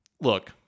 Look